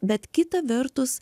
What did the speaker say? bet kita vertus